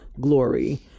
glory